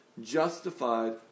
justified